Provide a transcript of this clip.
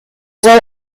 soll